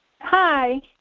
Hi